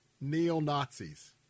neo-Nazis